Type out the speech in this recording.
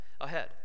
Ahead